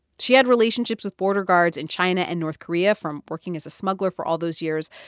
she had relationships with border guards in china and north korea from working as a smuggler for all those years.